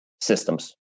systems